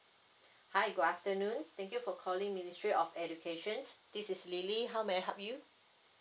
hi good afternoon thank you for calling ministry of education this is lily how may I help you